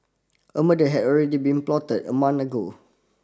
a murder had already been plotted a month ago